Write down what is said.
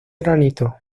granito